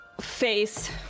face